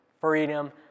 freedom